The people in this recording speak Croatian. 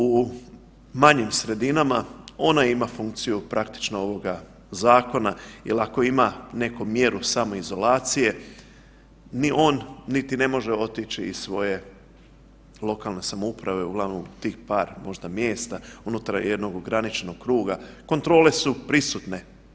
U manjim sredinama ona ima funkciju praktično ovoga zakona jel ako ima neko mjeru samoizolacije ni on niti ne može otići iz svoje lokalne samouprave, uglavnom tih par možda mjesta unutar jednog ograničenog kruga, kontrole su prisutne.